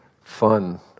fun